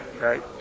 right